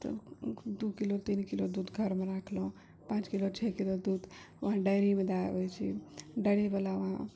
तऽ दू किलो तीन किलो दूध घरमे राखलहुँ पाँच किलो छओ किलो दूध वहाँ डेयरीमे दऽ आबै छिए डेयरीवला वहाँ